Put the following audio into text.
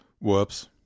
whoops